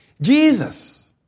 Jesus